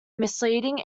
misleading